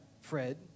Fred